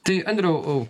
tai andriau